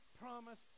promise